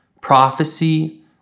prophecy